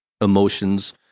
emotions